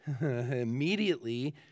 immediately